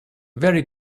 very